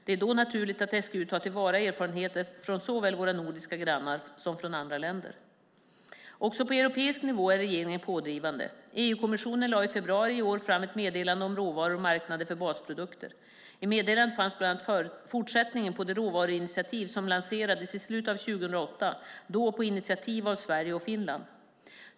Det är då naturligt att SGU tar till vara erfarenheter från såväl våra nordiska grannar som från andra länder. Också på europisk nivå är regeringen pådrivande. EU-kommissionen lade i februari i år fram ett meddelande om råvaror och marknader för basprodukter. I meddelandet finns bland annat fortsättningen på det råvaruinitiativ som lanserades i slutet av 2008 - då på initiativ av Sverige och Finland.